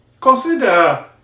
Consider